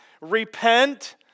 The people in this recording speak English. repent